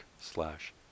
slash